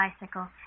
bicycle